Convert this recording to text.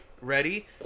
ready